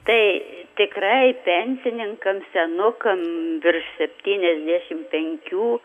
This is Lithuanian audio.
tai tikrai pensininkam senukam virš septyniasdešim penkių